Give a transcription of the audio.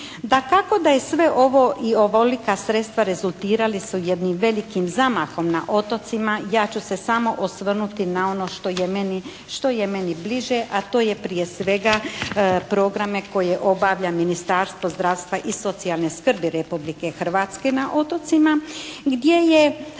Dakako da je sve ovo i ovolika sredstva rezultirali su jednim velikim zamahom na otocima. Ja ću se samo osvrnuti na ono što je meni bliže a to je prije svega programe koje obavlja Ministarstvo zdravstva i socijalne skrbi Republike Hrvatske na otocima gdje je